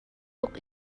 tuk